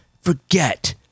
forget